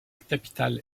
capitale